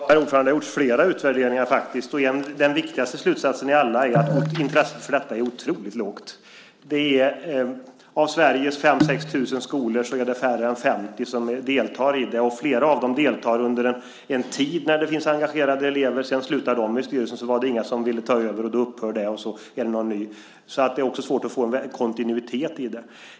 Herr talman! Det har gjorts flera utvärderingar, och den viktigaste slutsatsen i alla är att intresset för detta är otroligt lågt. Av Sveriges 5 000-6 000 skolor är det färre än 50 som deltar, och flera av dem deltar under en tid när det finns engagerade elever. När de sedan slutar i styrelsen är det inga som vill ta över och då upphör det, så det är svårt att få en kontinuitet i det.